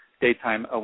Daytime